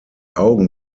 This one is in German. augen